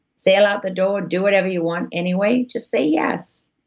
sail out the door, do whatever you want anyway, just say yes.